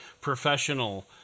professional